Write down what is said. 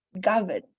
governed